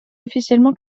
officiellement